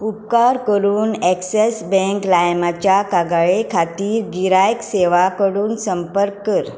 उपकार करून Axis bank लायमाच्या कागाळे खातीर गिरायक सेवा कडेन संपर्क कर